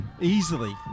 Easily